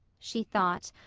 she thought.